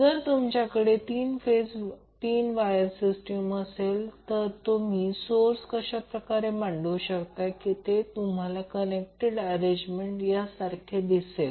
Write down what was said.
जर तुमच्याकडे 3 phase 3 wire system असेल तर तुम्ही सोर्स अशाप्रकारे मांडु शकता की ते तुम्हाला डेल्टा कनेक्टेड अरेंजमेंट सारखे दिसेल